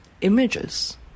images